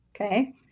okay